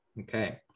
Okay